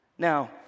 Now